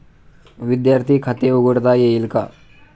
विद्यार्थी खाते उघडता येईल का?